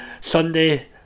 Sunday